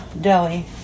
deli